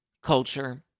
Culture